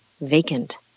vacant